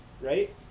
right